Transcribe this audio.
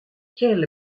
quel